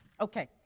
Okay